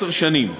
עשר שנים.